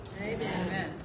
Amen